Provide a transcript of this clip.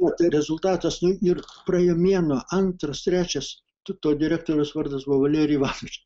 o tai rezultatas nu ir praėjo mėnuo antras trečias tu to direktorius vardas buvo valerij ivanovič